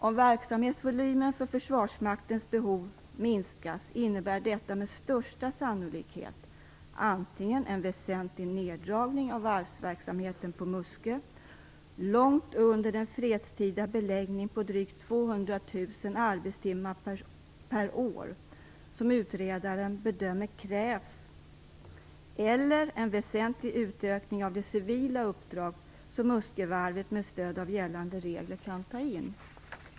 Om verksamhetsvolymen för Försvarsmaktens behov minskar innebär detta med största sannolikhet antingen en väsentlig neddragning av varvsverksamheten på Muskö långt under den fredstida beläggning på drygt 200 000 arbetstimmar per år som utredaren bedömer krävs, eller en väsentlig utökning av de civila uppdrag som Muskövarvet med stöd av gällande regler kan ta in.